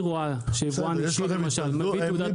היא רואה שיבואן אישי למשל מביא תעודת